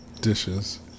Dishes